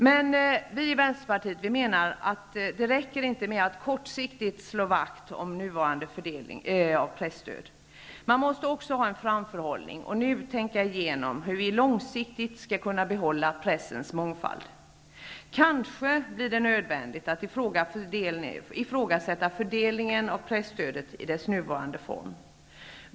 Men vi i Vänsterpartiet menar att det inte räcker med att kortsiktigt slå vakt om nuvarande fördelning av presstöd. Man måste också ha en framförhållning och nu tänka igenom hur man långsiktigt skall kunna behålla pressens mångfald. Kanske det blir nödvändigt att ifrågasätta fördelningen av presstödet i dess nuvarande form.